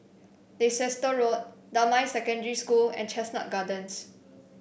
Leicester Road Damai Secondary School and Chestnut Gardens